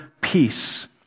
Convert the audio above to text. peace